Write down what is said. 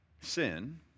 sin